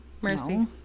Mercy